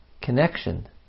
connection